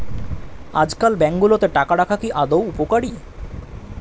আজকাল ব্যাঙ্কগুলোতে টাকা রাখা কি আদৌ উপকারী?